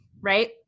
right